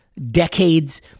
decades